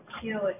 cute